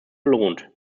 belohnt